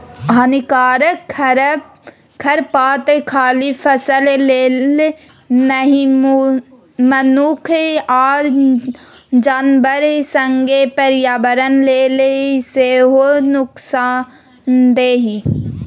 हानिकारक खरपात खाली फसल लेल नहि मनुख आ जानबर संगे पर्यावरण लेल सेहो नुकसानदेह